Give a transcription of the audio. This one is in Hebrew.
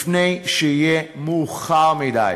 לפני שיהיה מאוחר מדי.